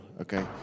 okay